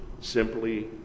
simply